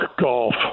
golf